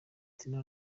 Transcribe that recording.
tino